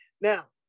Now